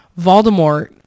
Voldemort